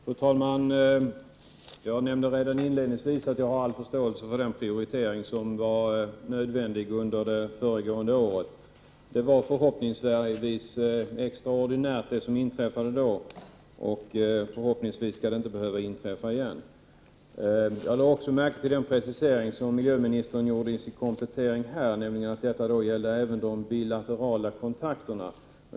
Fru talman! Jag nämnde även inledningsvis att jag har all förståelse för den prioritering som var nödvändig under föregående år. Vad som inträffade då var förhoppningsvis extraordinärt och skall inte behöva inträffa igen. Jag har också märkt den precisering som miljöministern gjorde i sin komplettering här, att det gäller även de bilaterala kontakterna.